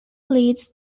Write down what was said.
leads